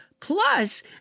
Plus